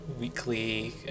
weekly